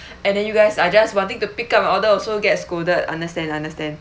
and then you guys are just wanting to pick up your order also get scolded understand understand